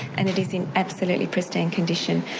and it is in absolutely pristine condition.